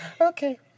Okay